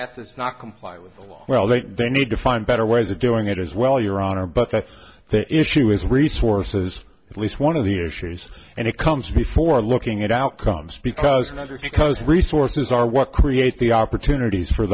it that's not comply with the law well they they need to find better ways of doing it as well your honor but that's the issue is resources at least one of the issues and it comes before looking at outcomes because another because resources are what create the opportunities for